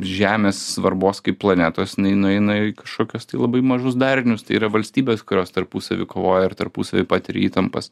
žemės svarbos kaip planetos jinai nueina į kažkokius tai labai mažus darinius tai yra valstybės kurios tarpusavy kovoja ir tarpusavy patiria įtampas